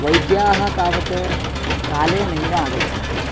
वैद्याः तावत् काले नैव आगच्छन्ति